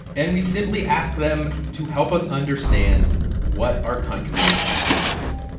and we simply ask them to help us understand what our country should do